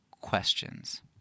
questions